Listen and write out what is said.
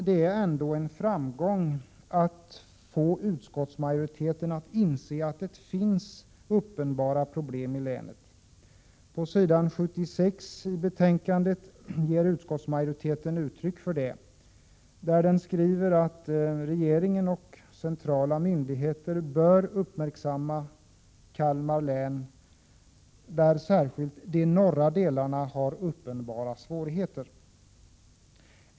Det är ändå en framgång att få utskottsmajoriteten att inse att det finns uppenbara problem i Kalmar län. På s. 76 i betänkandet ger utskottsmajoriteten uttryck för detta. Man säger nämligen att regeringen och centrala myndigheter även bör uppmärksamma Kalmar län, där särskilt den norra delen har uppenbara svårigheter.